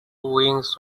wings